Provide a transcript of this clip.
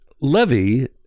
Levy